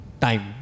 time